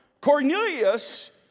Cornelius